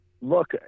Look